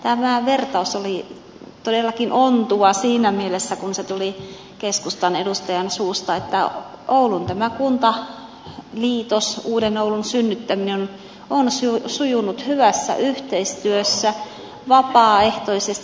tämä vertaus oli todellakin ontuva siinä mielessä kun se tuli keskustan edustajan suusta että tämä oulun kuntaliitos uuden oulun synnyttäminen on sujunut hyvässä yhteistyössä vapaaehtoisesti